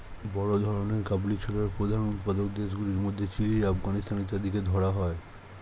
বড় ধরনের কাবুলি ছোলার প্রধান উৎপাদক দেশগুলির মধ্যে চিলি, আফগানিস্তান ইত্যাদিকে ধরা হয়